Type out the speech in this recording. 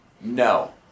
no